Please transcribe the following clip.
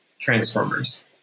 transformers